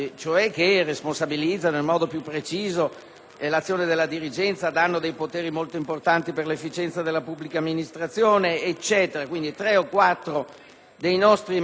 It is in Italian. l'azione della dirigenza, dando dei poteri molto importanti per l'efficienza della pubblica amministrazione. Tre o quattro dei nostri emendamenti qualificanti sono stati inspiegabilmente